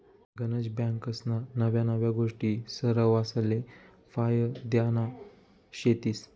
गनज बँकास्ना नव्या नव्या गोष्टी सरवासले फायद्यान्या शेतीस